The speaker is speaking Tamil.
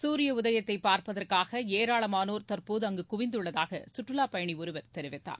சூரிய உதயத்தை பார்ப்பதற்காக ஏராளமானோர் தற்போது குவிந்துள்ளதாக சுற்றுலா பயணி ஒருவர் தெரிவித்தார்